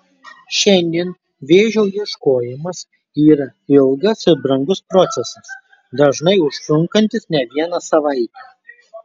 šiandien vėžio ieškojimas yra ilgas ir brangus procesas dažnai užtrunkantis ne vieną savaitę